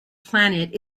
planet